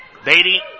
Beatty